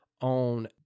On